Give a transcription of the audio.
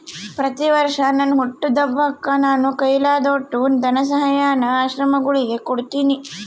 ಪ್ರತಿವರ್ಷ ನನ್ ಹುಟ್ಟಿದಬ್ಬಕ್ಕ ನಾನು ಕೈಲಾದೋಟು ಧನಸಹಾಯಾನ ಆಶ್ರಮಗುಳಿಗೆ ಕೊಡ್ತೀನಿ